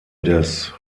des